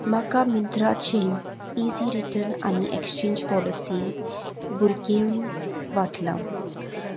म्हाका मंत्राचें easy return आनी एक्सचेंज पॉलिसी भुरगी वटलां